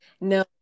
No